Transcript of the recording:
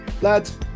Lads